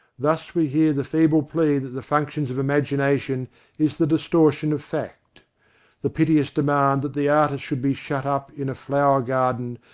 thus we hear the feeble plea that the function of im agination is the distortion of fact the piteous demand that the artist should be shut up in a flower-garden,